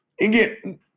again